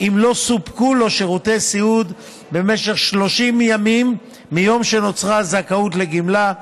אם לא סופקו לו שירותי סיעוד במשך 30 ימים מיום שנוצרה הזכאות לגמלה,